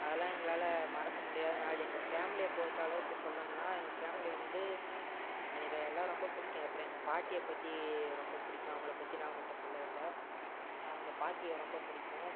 அதெல்லாம் எங்களால் மறக்க முடியாத நாள் எங்கள் ஃபேமிலியை பொறுத்தளவுக்கு சொல்லணும்னா எங்க ஃபேமிலி வந்து எனக்கு எல்லாம் ரொம்ப பிடிக்கும் அப்புறம் எங்கள் பாட்டியை பற்றி ரொம்ப பிடிக்கும் அவங்களை பற்றி நான் உங்கள்கிட்ட சொல்லவே இல்லை எங்கள் பாட்டியை ரொம்ப பிடிக்கும்